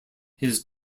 his